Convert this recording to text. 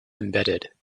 embedded